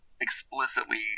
explicitly